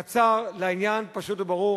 קצר, לעניין, פשוט וברור.